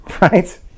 right